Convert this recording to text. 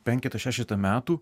penketą šešetą metų